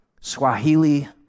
Swahili